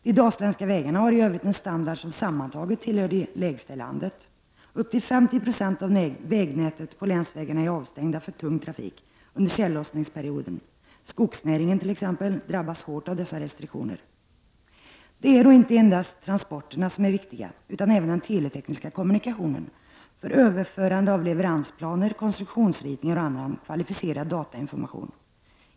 De dalsländska vägarna har genomsnittligt en standard som är en av de lägsta i landet. Upp till 50 90 av vägnätet på länsvägarna är avstängda för tung trafik under tjällossningsperioden. Skogsnäringen t.ex. drabbas hårt av dessa restriktioner. Det är dock inte endast transporterna som är viktiga utan även den teletekniska kommunikationen för överförande av leveransplaner, konstruktionsritningar och annan kvalificerad datainformation.